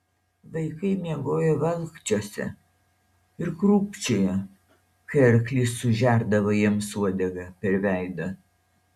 vaikai miegojo valkčiuose ir krūpčiojo kai arklys sužerdavo jiems uodega per veidą